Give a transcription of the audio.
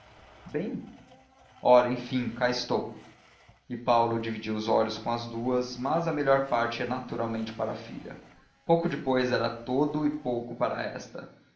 bem ora enfim cá estou e paulo dividia os olhos com as duas mas a melhor parte ia naturalmente para a filha pouco depois era todo e pouco para esta